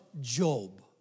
Job